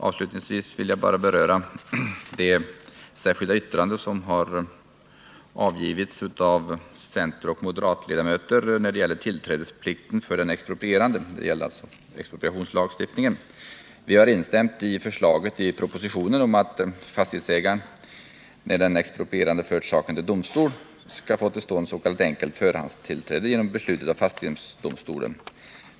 Avslutningsvis vill jag bara beröra det särskilda yttrande som har avgivits av centeroch moderatledamöter när det gäller tillträdesplikten för den exproprierande — det gäller alltså expropriationslagstiftningen. Vi har instämt i förslaget i propositionen om att fastighetsägaren när den exproprierande för saken till domstol skall få till stånd s.k. enkelt förhandstillträde genom beslut av fastighetsdomstolen.